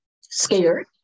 scared